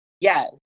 Yes